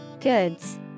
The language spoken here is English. Goods